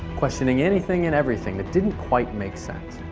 questioning anything and everything that didn't quite make sense.